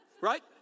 right